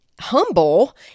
humble